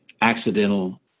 Accidental